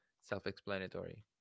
self-explanatory